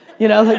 you know?